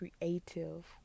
creative